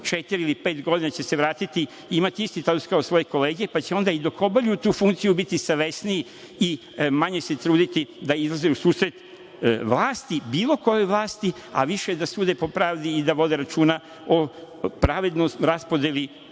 četiri ili pet godina i imati isti status kao svoje kolege, pa će onda dok obavljaju tu funkciju biti savesniji i manje se truditi da izlaze u susret vlasti, bilo kojoj vlasti, a više da sude po pravdi i da vode računa o pravednoj raspodeli